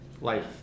life